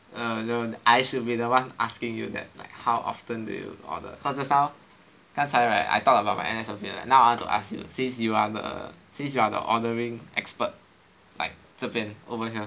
err no I should be the one asking you that like how often do you order cause just now 刚才 right I talked about my N_S service now I want to ask you since you are the since you are the ordering expert like 这边 over here